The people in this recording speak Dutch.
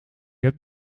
heb